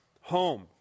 home